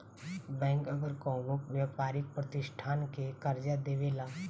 bank अगर कवनो व्यापारिक प्रतिष्ठान के कर्जा देवेला